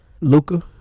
Luca